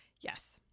Yes